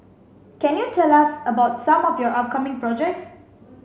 can you tell us about some of your upcoming projects